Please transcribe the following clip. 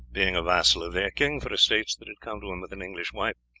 being a vassal of their king for estates that had come to him with an english wife,